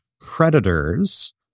predators